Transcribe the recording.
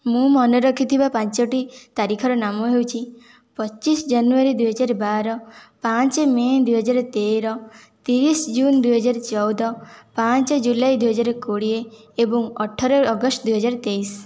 ମୁଁ ମନେ ରଖିଥିବା ପାଞ୍ଚୋଟି ତାରିଖର ନାମ ହେଉଛି ପଚିଶ ଜାନୁଆରୀ ଦୁଇ ହଜାର ବାର ପାଞ୍ଚ ମେ' ଦୁଇ ହଜାର ତେର ତିରିଶ ଜୁନ ଦୁଇ ହଜାର ଚଉଦ ପାଞ୍ଚ ଜୁଲାଇ ଦୁଇ ହଜାର କୋଡ଼ିଏ ଏବଂ ଅଠର ଅଗଷ୍ଟ ଦୁଇ ହଜାର ତେଇଶ